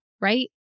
right